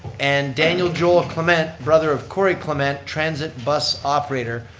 and daniel joel clement, brother of cory clement, transit bus operator.